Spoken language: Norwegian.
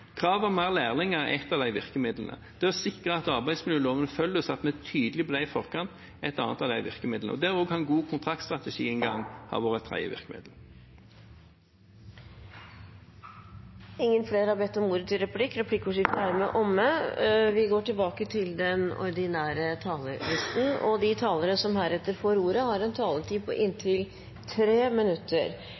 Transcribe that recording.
om flere lærlinger er et av virkemidlene. Det å sikre at arbeidsmiljøloven følges, at vi er tydelig på det i forkant, er et annet av virkemidlene. Det å ha en god kontraktstrategi har vært et tredje virkemiddel. Replikkordskiftet er omme. De talere som heretter får ordet, har en taletid på inntil 3 minutter.